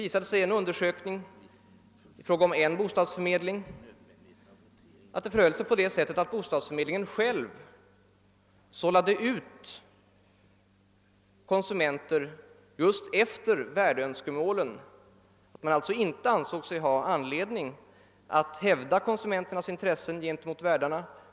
I fråga om en bostadsförmedling förhöll det sig så att förmedlingen själv sållade ut konsumenter med hänsyn till värdarnas önskemål och inte ansåg sig ha anledning hävda konsumenternas intressen gentemot värdarna.